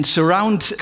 Surround